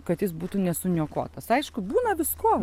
kad jis būtų nesuniokotas aišku būna visko